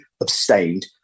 abstained